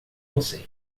você